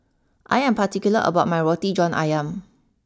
I am particular about my Roti John Ayam